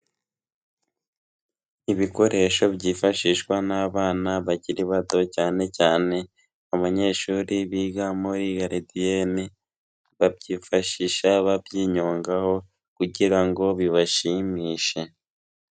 Ibikoresho byifashishwa n'abana bakiri bato, cyane cyane abanyeshuri biga muri garidiyene, babyifashisha babyinyongaho kugira ngo bibashimishe.